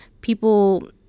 people